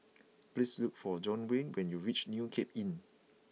please look for Duwayne when you reach New Cape Inn